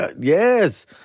Yes